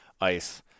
ice